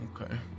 Okay